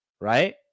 right